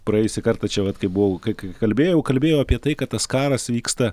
praėjusį kartą čia vat kai buvau kai kalbėjau kalbėjau apie tai kad tas karas vyksta